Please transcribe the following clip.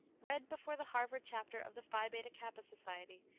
read before the harvard chapter of the phi beta kappa society,